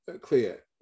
clear